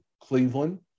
Cleveland